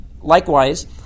Likewise